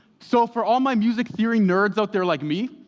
so for all my music theory nerds out there, like me,